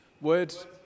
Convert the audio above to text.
Words